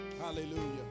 Hallelujah